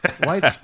white